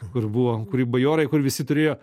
kur buvo kur ir bajorai kur visi turėjo